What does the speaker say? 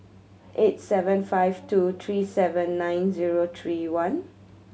eight seven five two three seven nine zero three one